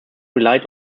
relied